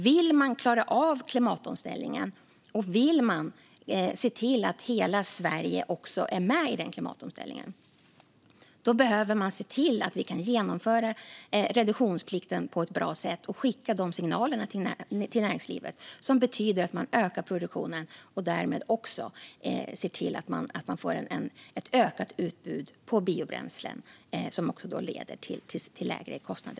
Vill man klara av klimatomställningen - och vill man även se till att hela Sverige är med i den klimatomställningen - behöver man se till att vi kan genomföra reduktionsplikten på ett bra sätt och skicka de signaler till näringslivet som betyder att produktionen ökas och att vi därmed får ett ökat utbud av biobränsle. Det leder på sikt till lägre kostnader.